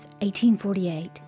1848